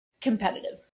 competitive